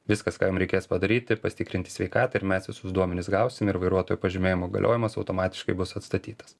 viskas ką jum reikės padaryti pasitikrinti sveikatą ir mes visus duomenis gausime ir vairuotojo pažymėjimo galiojimas automatiškai bus atstatytas